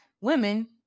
women